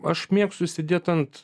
aš mėgstu sėdėt ant